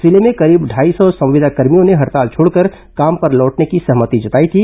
जिले में करीब ढाई सौ संविदाकर्मियों ने हड़ताल छोड़कर काम पर लौटने की सहमति जताई थी